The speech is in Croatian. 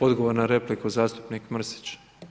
Odgovor na repliku, zastupnik Mrsić.